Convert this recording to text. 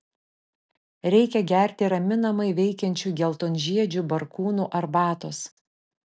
reikia gerti raminamai veikiančių geltonžiedžių barkūnų arbatos